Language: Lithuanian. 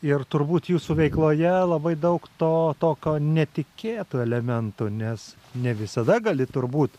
ir turbūt jūsų veikloje labai daug to tokio netikėtų elementų nes ne visada gali turbūt